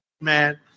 man